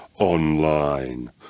online